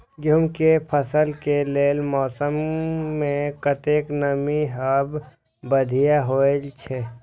गेंहू के फसल के लेल मौसम में कतेक नमी हैब बढ़िया होए छै?